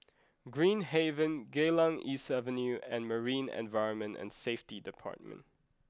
Green Haven Geylang East Avenue and Marine Environment and Safety Department